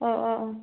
ഓ ഓ ഓ